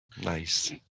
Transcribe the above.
nice